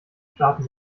starten